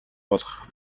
болох